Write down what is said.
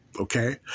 Okay